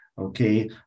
okay